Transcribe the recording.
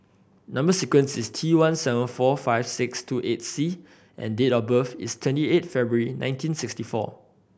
number sequence is T one seven four five six two eight C and date of birth is twenty eight February nineteen sixty four